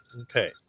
Okay